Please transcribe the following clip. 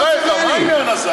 בחייך, מה העניין הזה?